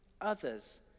Others